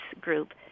group